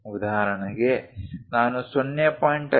ಉದಾಹರಣೆಗೆ ನಾನು 0